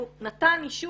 הוא נתן אישור,